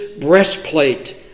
breastplate